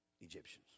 Egyptians